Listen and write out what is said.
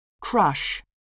Crush